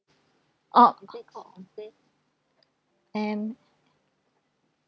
oh M